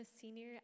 senior